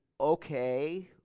okay